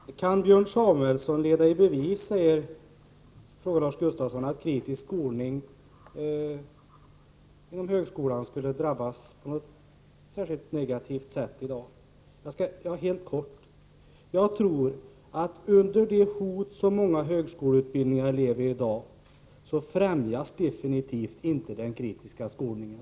Herr talman! Kan Björn Samuelson leda i bevis, frågar Lars Gustafsson, att kritisk skolning inom högskolan skulle drabbas på något särskilt negativt sätt i dag? Jag tror att med det hot som många högskoleutbildningar lever under i dag främjas absolut inte den kritiska skolningen.